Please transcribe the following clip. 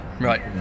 Right